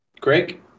Greg